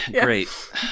Great